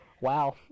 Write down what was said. Wow